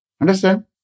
Understand